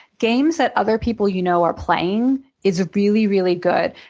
games that other people you know are playing is really really good.